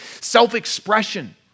self-expression